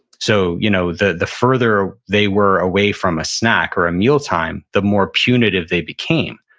so, you know the the further they were away from a snack or a mealtime, the more punitive they became.